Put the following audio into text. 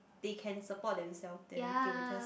they can support themselves then they will just